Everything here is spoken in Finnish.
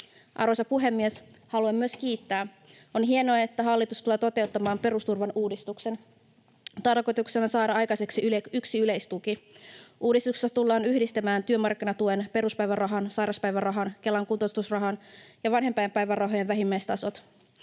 Arvoisa puhemies! Haluan myös kiittää: On hienoa, että hallitus tulee toteuttamaan perusturvan uudistuksen, tarkoituksena saada aikaiseksi yksi yleistuki. Uudistuksessa tullaan yhdistämään työmarkkinatuen, peruspäivärahan, sairauspäivärahan, Kelan kuntoutusrahan ja vanhempainpäivärahojen vähimmäistasot.